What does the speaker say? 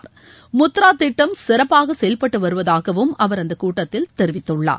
முத்ரா திட்டம சிறப்பாக செயல்பட்டு வருவதாகவும் அவர் அந்தக் கூட்டத்தில் தெரிவித்துள்ளார்